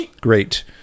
great